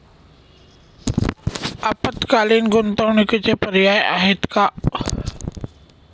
अल्पकालीन गुंतवणूकीचे पर्याय आहेत का?